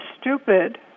stupid